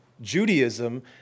Judaism